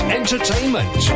entertainment